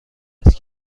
است